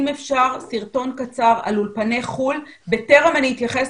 אם אפשר סרטון קצר על אולפני חו"ל בטרם אני אתייחס